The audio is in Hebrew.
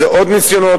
אז זה עוד ניסיונות,